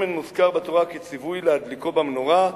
שמן מוזכר בתורה כציווי להדליקו במנורה: